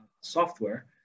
software